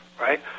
right